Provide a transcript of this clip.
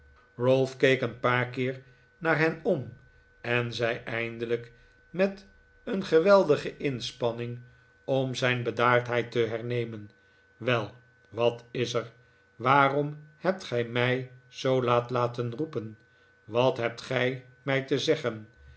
een paar keer naar hen om en zei eindelijk met een geweldige inspanning om zijn bedaardheid te hernemen wel wat is er waarom hebt gij mij zoo laat laten roepen wat hebt gij mij te zeggen